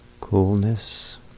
Coolness